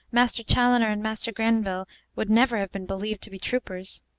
master chaloner and master grenville would never have been believed to be troopers.